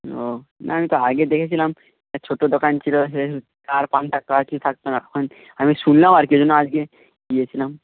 ও না আমি তো আগে দেখেছিলাম ছোটো দোকান ছিলো চা আর পান থাকতো আর কিছু থাকতো না এখন আমি শুনলাম আর কি ওই জন্য আজকে গিয়েছিলাম